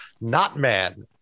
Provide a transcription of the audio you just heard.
Not-Man